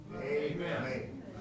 Amen